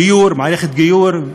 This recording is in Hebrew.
דיור, מערכת גיור,